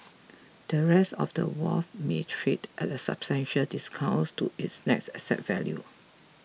the rest of wharf may trade at a substantial discount to its net asset value